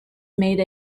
made